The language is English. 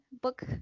book